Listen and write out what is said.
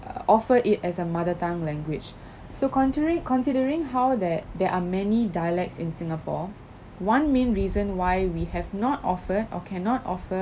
uh offer it as a mother tongue language so contrary considering how that there are many dialects in singapore one main reason why we have not offered or cannot offer